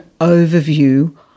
overview